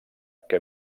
que